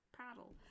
paddle